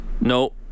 No